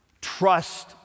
Trust